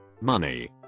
Money